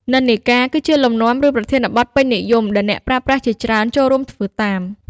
និន្នាការ គឺជាលំនាំ ឬប្រធានបទពេញនិយមដែលអ្នកប្រើប្រាស់ជាច្រើនចូលរួមធ្វើតាម។